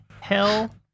Hell